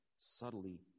subtly